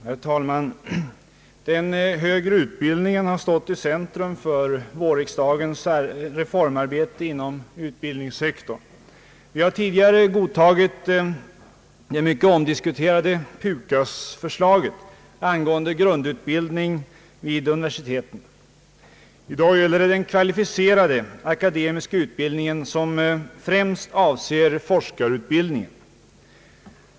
Herr talman! Den högre utbildningen har stått i centrum för vårriksdagens reformarbete inom utbildningssektorn. Vi har tidigare godtagit det mycket omdiskuterade PUKAS-förslaget angående grundutbildning vid universiteten. I dag gäller det den kvalificerade akademiska utbildningen, som främst avser forskarutbildningen.